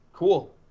cool